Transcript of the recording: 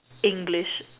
English